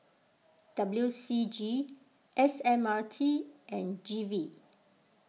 W C G S M R T and G V